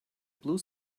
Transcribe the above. blue